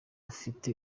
afite